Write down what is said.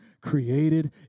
created